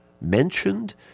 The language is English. mentioned